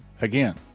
again